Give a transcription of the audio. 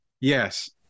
yes